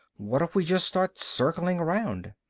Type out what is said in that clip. what if we just start circling around?